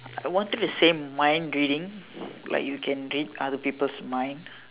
I wanted to say mind reading like you can read other people's mind